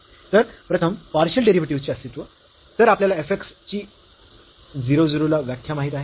तर प्रथम partial derivatives चे अस्तित्व तरआपल्याला f x ची 0 0 ला व्याख्या माहीत आहे